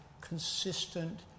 consistent